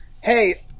hey